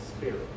spirit